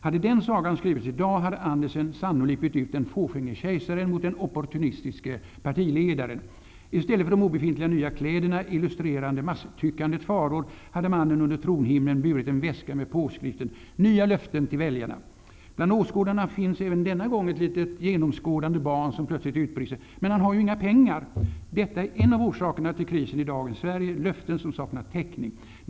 Hade den sagan skrivits i dag, hade Andersen sannolikt bytt ut den fåfänge kejsaren mot den opportunistiske partiledaren. I stället för de obefintliga nya kläderna, illustrerande masstyckandets faror, hade mannen under tronhimlen burit en väska med påskriften: ''Nya löften till väljarna!'' Bland åskådarna finns även denna gång ett litet genomskådande barn som plötsligt utbrister: -- Men han har ju inga pengar! Detta är en av orsakerna till krisen i dagens Sverige: Löften som saknat täckning.